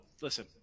Listen